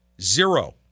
Zero